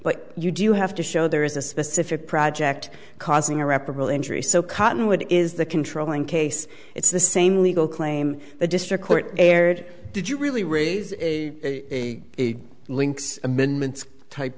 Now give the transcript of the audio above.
but you do have to show there is a specific project causing irreparable injury so cottonwood is the controlling case it's the same legal claim the district court erred did you really read the links amendments type